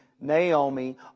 Naomi